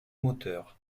moteurs